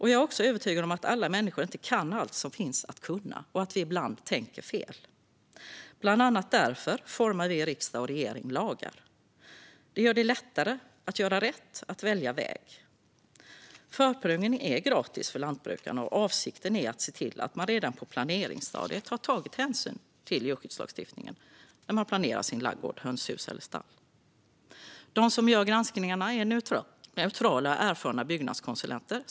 Jag är också övertygad om att alla människor inte kan allt som finns att kunna och att vi ibland tänker fel. Bland annat därför formar vi i riksdag och regering lagar. Det gör det lättare att göra rätt och välja väg. Förprövningen är gratis för lantbrukarna. Avsikten är att se till att man redan på planeringsstadiet har tagit hänsyn till djurskyddslagstiftningen när man planerat sin ladugård, sitt hönshus eller sitt stall. De som gör granskningarna är neutrala och erfarna byggnadskonsulenter.